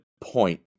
point